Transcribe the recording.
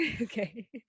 Okay